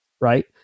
right